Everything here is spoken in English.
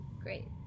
Great